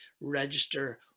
register